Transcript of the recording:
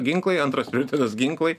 ginklai antras mirtinas ginklai